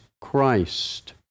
Christ